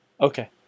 Okay